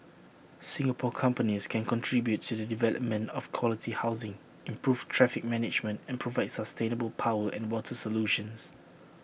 Singapore companies can contribute to the development of quality housing improve traffic management and provide sustainable power and water solutions